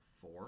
four